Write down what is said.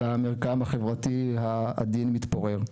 והמקרם החברתי העדין מתפורר.